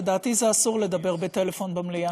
לדעתי אסור לדבר בטלפון במליאה.